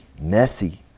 messy